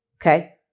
okay